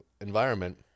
environment